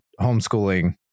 homeschooling